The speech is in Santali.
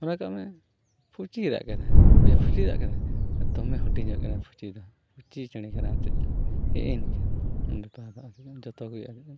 ᱢᱚᱱᱮ ᱠᱟᱜᱢᱮ ᱯᱷᱩᱪᱤ ᱨᱟᱜ ᱠᱮᱫᱟᱭ ᱚᱻ ᱭᱟ ᱯᱷᱩᱪᱤ ᱨᱟᱜ ᱠᱮᱫᱟᱭᱫᱚᱢᱮ ᱦᱩᱰᱤᱧᱚᱜ ᱠᱟᱱᱟᱭ ᱯᱷᱩᱪᱤ ᱫᱚ ᱯᱷᱩᱪᱤ ᱪᱮᱬᱮ ᱠᱟᱱᱟᱭ ᱟᱨ ᱪᱮᱫ ᱪᱚᱝ ᱦᱮᱸᱜ ᱼᱮ ᱱᱤᱝᱠᱟᱹ ᱵᱮᱯᱟᱨ ᱫᱚ ᱟᱫᱚ ᱡᱚᱛᱚᱜᱮ ᱟᱫᱚ